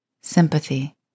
sympathy